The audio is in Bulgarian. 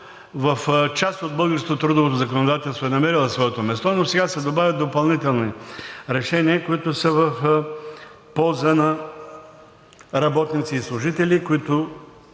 в част от българското трудово законодателство е намерила своето място, но сега се добавят допълнителни решения, които са в полза на работници и служители, които